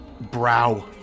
brow